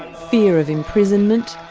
fear of imprisonment,